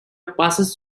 passes